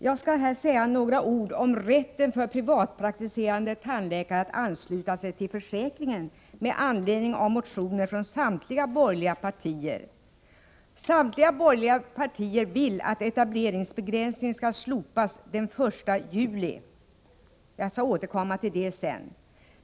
Fru talman! Jag skall här med anledning av motioner från samtliga borgerliga partier säga något om rätten för privatpraktiserande tandläkare att vara anslutna till tandvårdsförsäkringen. De vill alla att etableringsbegränsningen skall slopas den 1 juli i år. Jag skall återkomma till det.